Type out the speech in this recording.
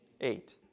Eight